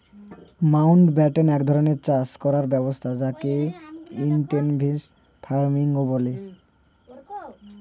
Mountbatten এক রকমের চাষ করার ব্যবস্থা যকে ইনটেনসিভ ফার্মিংও বলে